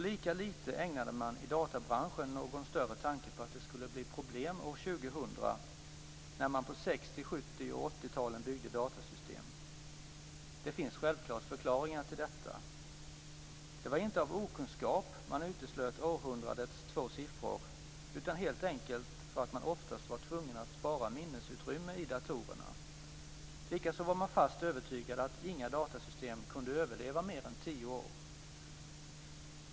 Lika lite ägnade man i databranschen någon tanke åt att det skulle bli problem år 2000 när man på 60-, 70 och 80-talen byggde datasystem. Det finns självklart förklaringar till detta. Det var inte av okunskap man uteslöt århundradets två siffror utan helt enkelt för att man oftast var tvungen att spara minnesutrymme i datorerna. Likaså var man fast övertygad om att inga datasystem kunde överleva mer än tio år.